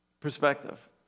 perspective